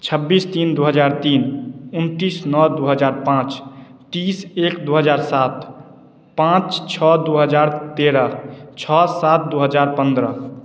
छब्बीस तीन दू हजार तीन उन्तीस नओ दू हजार पाँच तीस एक दू हजार सात पाँच छओ दू हजार तेरह छओ सात दू हजार पन्द्रह